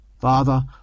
Father